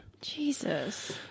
Jesus